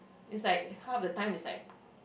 is like half the time is like